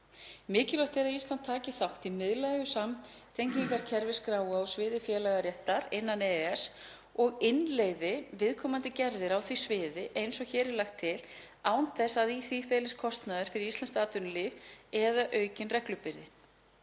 Mikilvægt er að Ísland taki þátt í miðlægu samtengingarkerfi skráa á sviði félagaréttar innan EES og innleiði viðkomandi gerðir á því sviði eins og hér er lagt til án þess að í því felist kostnaður fyrir íslenskt atvinnulíf eða aukin reglubyrði.